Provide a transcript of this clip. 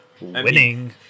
Winning